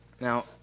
now